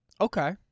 Okay